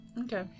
Okay